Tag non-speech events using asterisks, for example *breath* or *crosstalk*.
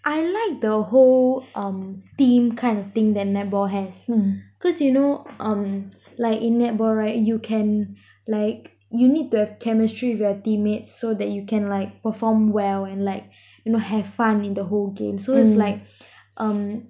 I like the whole um team kind of thing that netball has cause you know um like in netball right you can like you need to have chemistry with your teammates so that you can like perform well and like *breath* you know have fun in the whole game so it's like ppn um